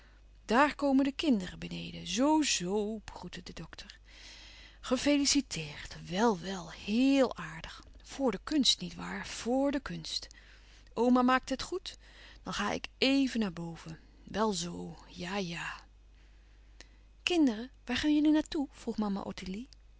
daar komen de kinderen beneden zoo-zoo begroette de dokter gefeliciteerd wel wel heèl aardig voor de kunst niet waar voor de kunst oma maakt het goed dan ga ik éven naar boven wel zoo ja-ja kinderen waar gaan jullie nu naar toe vroeg mama ottilie